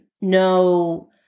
no